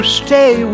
stay